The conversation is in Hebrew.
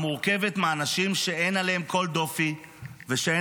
המורכבת מאנשים שאין בהם כל דופי ושאין